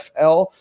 FL